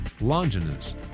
Longinus